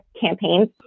campaigns